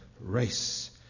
race